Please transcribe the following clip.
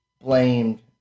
blamed